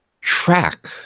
track